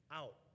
out